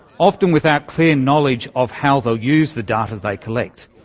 often without clear knowledge of how they'll use the data they collect.